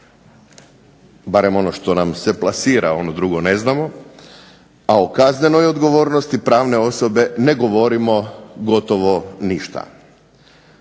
barem ono što nam se plasira, ono drugo ne znamo, a o kaznenoj odgovornosti pravne osobe ne govorimo gotovo ništa.